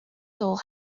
soul